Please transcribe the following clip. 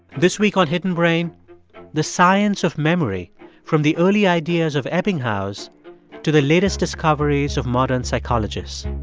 this week on hidden brain the science of memory from the early ideas of ebbinghaus to the latest discoveries of modern psychologists